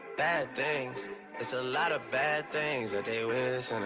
bad things it's a lot of bad things i do is and